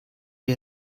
wir